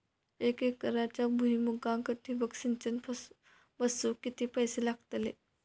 एक एकरच्या भुईमुगाक ठिबक सिंचन बसवूक किती पैशे लागतले?